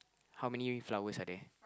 how many flowers are there